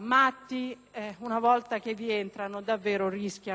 matte, una volta che vi entrano, davvero rischiano di impazzire.